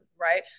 right